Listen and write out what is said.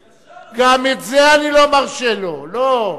לא,